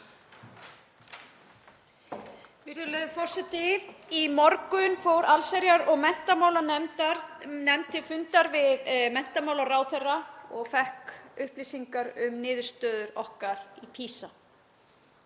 Virðulegur forseti. Í morgun fór allsherjar- og menntamálanefnd til fundar við menntamálaráðherra og fékk upplýsingar um niðurstöður okkar í PISA.